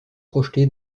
projeté